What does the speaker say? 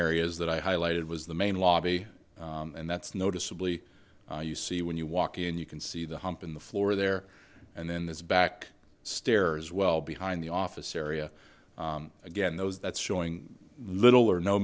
areas that i highlighted was the main lobby and that's noticeably you see when you walk in you can see the hump in the floor there and then this back stairs well behind the office area again those that's showing little or no